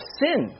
sin